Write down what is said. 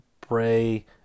Bray